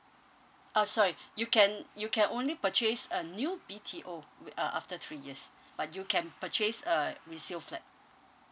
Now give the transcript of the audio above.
uh sorry you can you can only purchase a new B_T_O uh after three years but you can purchase a resale flat